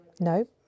No